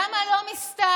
למה לא מסתערים,